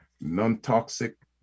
non-toxic